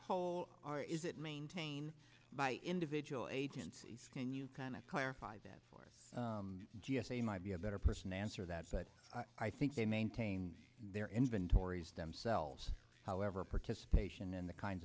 whole or is it maintain by individual agencies can you kind of clarify that for g s a might be a better person answer that but i think they maintain their inventories themselves however participation in the kinds